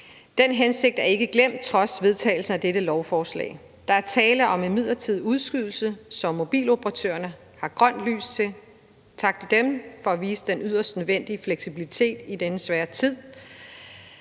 Den hensigt er ikke glemt trods vedtagelsen af dette lovforslag. Der er tale om en midlertidig udskydelse, som mobiloperatørerne har givet grønt lys til – tak til dem for at vise den yderst nødvendige fleksibilitet i denne svære tid